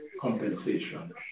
compensation